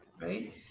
right